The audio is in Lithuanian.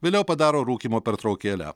vėliau padaro rūkymo pertraukėlę